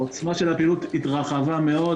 העוצמה של הפעילות התרחבה מאוד,